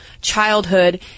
childhood